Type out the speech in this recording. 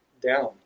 down